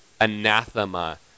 anathema